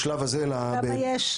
בשלב הזה --- כמה יש?